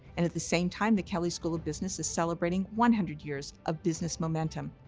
and at the same time, the kelley school of business is celebrating one hundred years of business momentum.